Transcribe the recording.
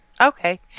Okay